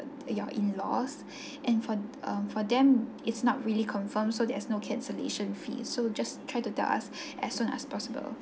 your in laws and for um for them it's not really confirmed so there's no cancellation fee so just try to ask as soon as possible